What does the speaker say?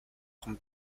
con